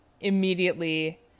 immediately